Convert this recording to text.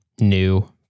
new